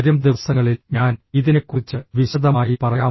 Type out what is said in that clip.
വരും ദിവസങ്ങളിൽ ഞാൻ ഇതിനെക്കുറിച്ച് വിശദമായി പറയാം